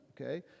okay